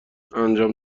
انجام